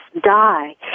die